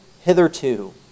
hitherto